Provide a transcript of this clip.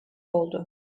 oldu